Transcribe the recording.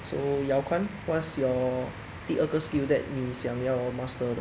so yao kuan what's your 第二个 skill that 你想要 master